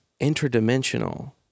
interdimensional